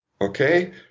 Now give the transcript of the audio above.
Okay